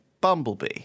bumblebee